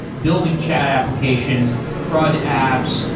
building chat applications, crud apps,